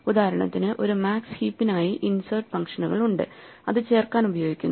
ഉദാഹരണത്തിന് ഒരു മാക്സ് ഹീപ്പിനായി ഇൻസെർട്ട് ഫംഗ്ഷനുകളുണ്ട് അത് ചേർക്കാൻ ഉപയോഗിക്കുന്നു